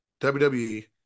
WWE